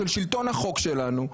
של שלטון החוק שלנו,